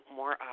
more